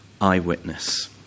eyewitness